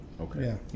Okay